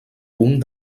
punt